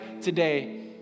today